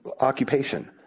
occupation